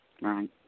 Right